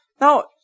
Now